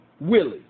Willie